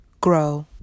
grow